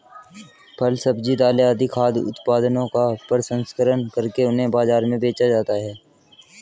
फल, सब्जी, दालें आदि खाद्य उत्पादनों का प्रसंस्करण करके उन्हें बाजार में बेचा जाता है